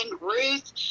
Ruth